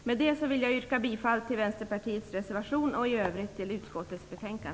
Med det vill jag yrka bifall till Vänsterpartiets reservation och i övrigt till utskottets hemställan.